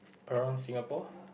around Singapore